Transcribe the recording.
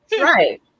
Right